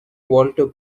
walter